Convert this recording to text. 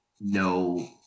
no